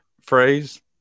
phrase